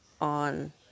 on